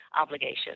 obligation